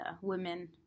women